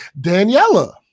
Daniela